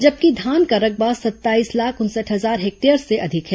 जबकि धान का रकबा सत्ताईस लाख उनसठ हजार हेक्टेयर से अधिक है